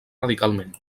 radicalment